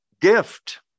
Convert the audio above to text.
gift